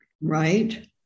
right